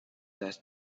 less